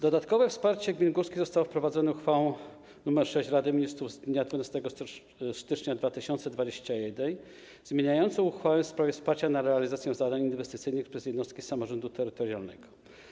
Dodatkowe wsparcie gmin górskich zostało wprowadzone uchwałą nr 6 Rady Ministrów z dnia 12 stycznia 2021 r. zmieniającą uchwałę w sprawie wsparcia na realizację zadań inwestycyjnych przez jednostki samorządu terytorialnego.